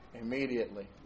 immediately